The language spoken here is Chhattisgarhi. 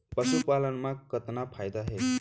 पशुपालन मा कतना फायदा हे?